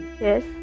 Yes